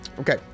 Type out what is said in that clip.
Okay